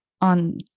on